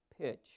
pitch